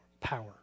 power